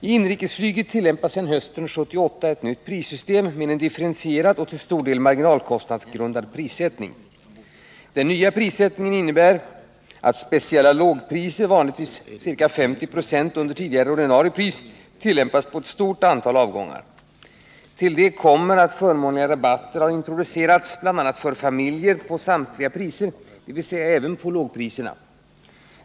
I inrikesflyget tillämpas sedan hösten 1978 ett nytt prissystem med en differentierad och till stor del marginalkostnadsgrundad prissättning. Den nya prissättningen innebär att speciella lågpriser, vanligtvis ca 50 96 under tidigare ordinarie pris, tillämpas på ett stort antal avgångar. Till detta kommer att förmånliga rabatter har introducerats bl.a. för familjer på samtliga priser, dvs. även på lågpriserna.